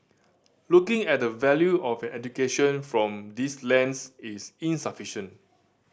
looking at the value of an education from this lens is insufficient